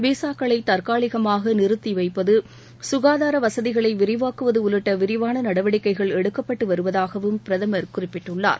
விசாக்களை தற்காலிகமாக நிறுத்திவைப்பது சுகாதார வசதிகளை விரிவாக்குவது உள்ளிட்ட விரிவான நடவடிக்கைகள் எடுக்கப்பட்டு வருவதாகவும் பிரதமர் குறிப்பிட்டுள்ளார்